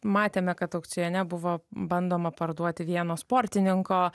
matėme kad aukcione buvo bandoma parduoti vieno sportininko